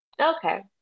Okay